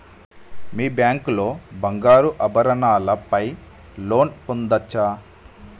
మీ bank లో బంగారు ఆభరణాల పై లోన్ పొందచ్చా?